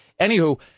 Anywho